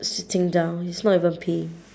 sitting down he's not even peeing